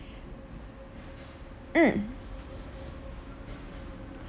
mm